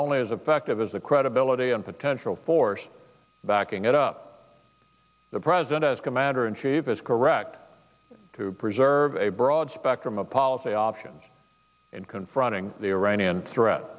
only as effective as the credibility and potential force backing it up the president as commander in chief is correct to preserve a broad spectrum of policy options in confronting the iranian threat